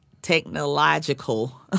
Technological